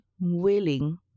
willing